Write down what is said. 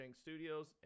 studios